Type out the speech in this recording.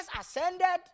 ascended